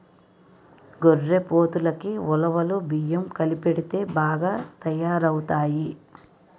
గొర్రెపోతులకి ఉలవలు బియ్యం కలిపెడితే బాగా తయారవుతాయి